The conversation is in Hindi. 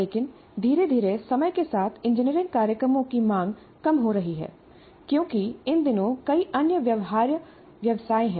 लेकिन धीरे धीरे समय के साथ इंजीनियरिंग कार्यक्रमों की मांग कम हो रही है क्योंकि इन दिनों कई अन्य व्यवहार्य व्यवसाय हैं